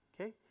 okay